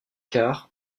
car